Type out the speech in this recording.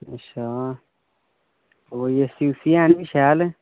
अच्छा कोई अस्सी उस्सी ऐ नी शैल